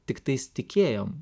tiktais tikėjom